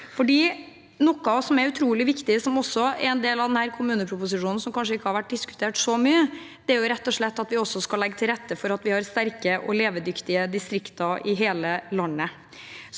Noe som er utrolig viktig, og som også er en del av denne kommuneproposisjonen, men kanskje ikke har vært diskutert så mye, er rett og slett at vi skal legge til rette for at vi har sterke og levedyktige distrikter i hele landet.